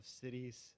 cities